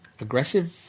aggressive